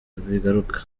bigaruka